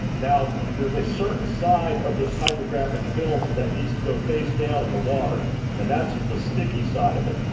now there's a certain side of this hydrographic film that needs to go face down in the water and that's the sticky side of it.